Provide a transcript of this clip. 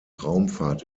raumfahrt